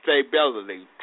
stability